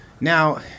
Now